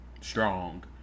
Strong